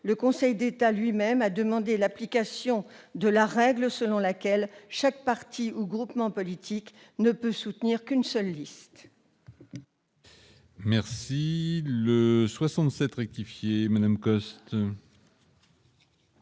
a d'ailleurs lui-même demandé l'application de la règle selon laquelle chaque parti ou groupement politique ne peut soutenir qu'une seule liste.